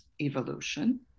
evolution